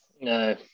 No